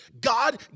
God